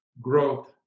growth